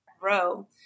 grow